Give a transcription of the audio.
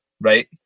right